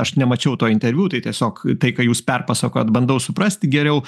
aš nemačiau to interviu tai tiesiog tai ką jūs perpasakojot bandau suprasti geriau